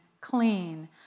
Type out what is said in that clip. clean